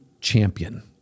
champion